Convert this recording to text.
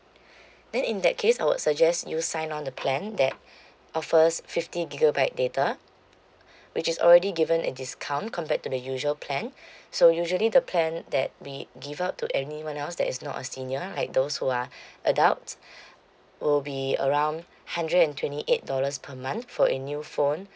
then in that case I would suggest you sign on the plan that offers fifty gigabyte data which is already given a discount compared to the usual plan so usually the plan that we give out to anyone else that is not a senior like those who are adults will be around hundred and twenty eight dollars per month for a new phone